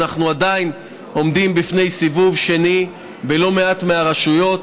אנחנו עדיין עומדים בפני סיבוב שני בלא מעט מהרשויות,